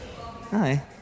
Hi